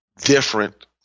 different